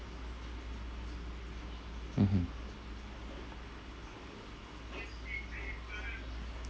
mmhmm